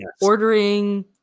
ordering